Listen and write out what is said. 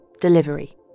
Delivery